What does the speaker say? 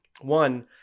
one